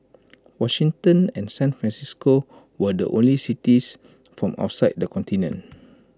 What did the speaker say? Washington and San Francisco were the only cities from outside the continent